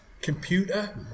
computer